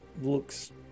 looks